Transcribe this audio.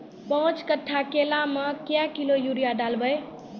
पाँच कट्ठा केला मे क्या किलोग्राम यूरिया डलवा?